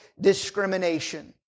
discrimination